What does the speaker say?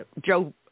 Joe